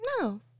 No